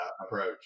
approach